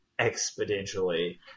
exponentially